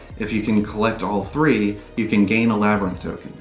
if you can collect all three, you can gain a labyrinth token.